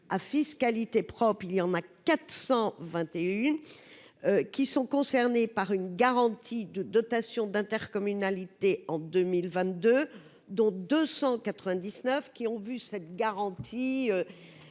à fiscalité propre, il y en a 421 qui sont concernés par une garantie de dotation d'intercommunalité en 2022 dont 299 qui ont vu cette garantie